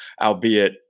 albeit